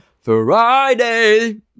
Friday